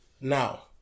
Now